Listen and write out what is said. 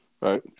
right